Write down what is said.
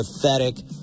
pathetic